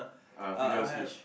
uh freedom of speech